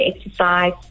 exercise